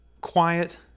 quiet